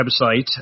website